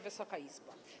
Wysoka Izbo!